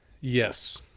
Yes